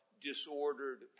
disordered